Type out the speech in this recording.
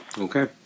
Okay